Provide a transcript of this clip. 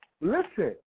Listen